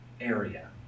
area